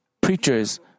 preachers